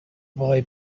boy